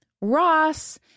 Ross